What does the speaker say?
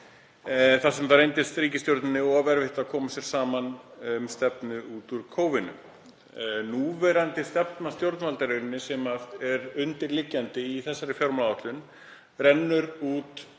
þar sem það reyndist ríkisstjórninni of erfitt að koma sér saman um stefnu út úr kófinu. Núverandi stefna stjórnvalda, sem er undirliggjandi í þessari fjármálaáætlun, rennur út